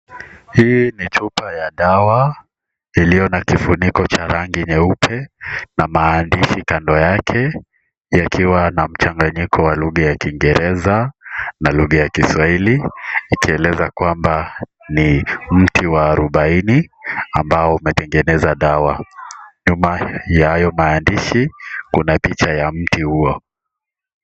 Hii ni chupa ya dawa iliyo na kifuniko cha rangi nyeupe na maandishi kando yake, yakiwa na mchanganyiko wa lugha ya kiingereza na lugha ya kiswahili yakieleza kwamba, ni mti wa arobaini ambao umetengeneza dawa. Nyuma ya hayo maandishi kuna picha ya mti huo.